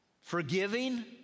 Forgiving